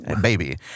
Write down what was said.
Baby